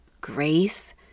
grace